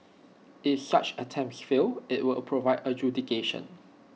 if such attempts fail IT will provide adjudication